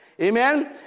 Amen